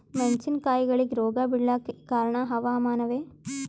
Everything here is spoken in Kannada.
ಮೆಣಸಿನ ಕಾಯಿಗಳಿಗಿ ರೋಗ ಬಿಳಲಾಕ ಕಾರಣ ಹವಾಮಾನನೇ?